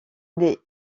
des